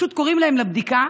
קוראים להם לבדיקה,